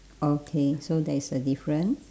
okay so there is a difference